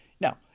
now